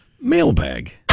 Mailbag